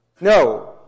No